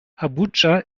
abuja